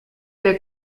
der